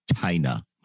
China